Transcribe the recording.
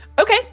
Okay